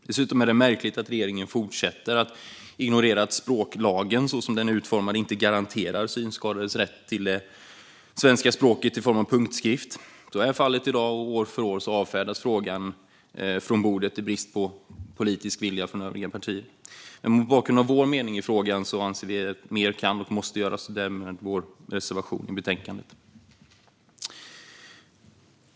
Dessutom är det märkligt att regeringen fortsätter att ignorera att språklagen så som den är utformad inte garanterar synskadades rätt till svenska språket i form av punktskrift. Så är fallet i dag, och år för år avfärdas frågan från bordet i brist på politisk vilja från övriga partier. Mot bakgrund av vår mening i frågan anser vi att mer kan och måste göras. Därför har vi en reservation i betänkandet.